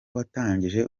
watangije